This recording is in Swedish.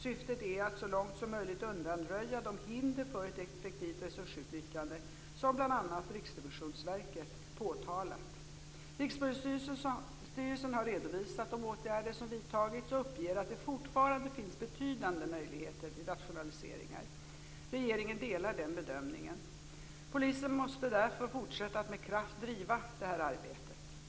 Syftet är att så långt som möjligt undanröja de hinder för ett effektivt resursutnyttjande som bl.a. Riksrevisionsverket påtalat. Rikspolisstyrelsen har redovisat de åtgärder som vidtagits och uppger att det fortfarande finns betydande möjligheter till rationaliseringar. Regeringen delar den bedömningen. Polisen måste därför fortsätta att med kraft driva detta arbete.